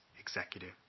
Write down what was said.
executive